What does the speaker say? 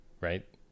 right